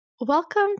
Welcome